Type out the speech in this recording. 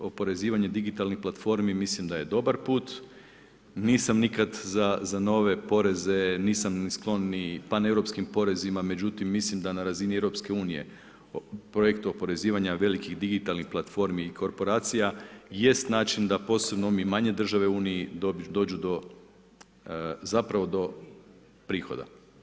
Oporezivanje digitalnih platformi mislim da je dobar put, nisam nikad za nove poreze, nisam sklon ni paneuropskim porezima, međutim mislim da na razini Europske unije projekt oporezivanja velikih digitalnih platformi i koorporacija jeste način da posebno mi manje države u uniji dođu do zapravo do prihoda.